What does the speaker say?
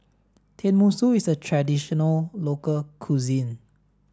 Tenmusu is a traditional local cuisine